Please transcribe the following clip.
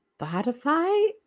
Spotify